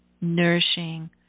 nourishing